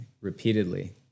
repeatedly